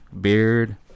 beard